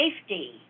safety